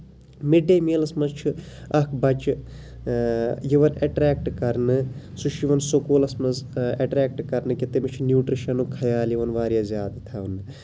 mid day میٖلَس منٛز چھُ اکھ بَچہٕ یِوان اٮ۪ٹریکٹ کرنہٕ سُہ چھُ یِوان سکوٗلَس منٛز اٮ۪ٹرٮ۪کٹ کرنہٕ کہِ تٔمِس چہُ نوٗٹرِشَنُک خیال یِوان واریاہ زیادٕ تھاونہٕ